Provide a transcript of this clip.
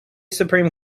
supreme